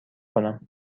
کنم